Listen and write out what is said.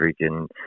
freaking